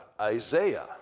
Isaiah